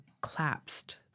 collapsed